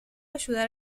ayudar